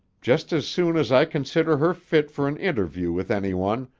just as soon as i consider her fit for an interview with any one,